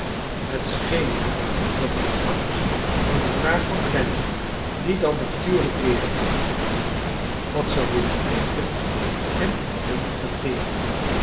het scheen wel dat de angst voor een vraag van clennam die dan natuurlijk weer wat zou willen weten hem inwendig verteerde